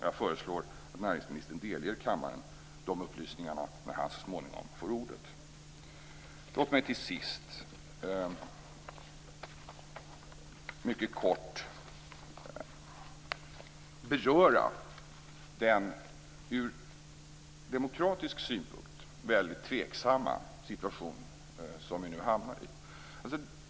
Jag föreslår att näringsministern delger kammaren de upplysningarna när han så småningom får ordet. Låt mig till sist mycket kort beröra den ur demokratisk synpunkt väldigt tveksamma situation som vi hamnar i.